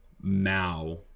Mao